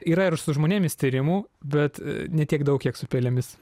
yra ir su žmonėmis tyrimų bet ne tiek daug kiek su pelėmis